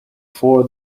for